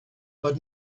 but